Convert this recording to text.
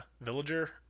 villager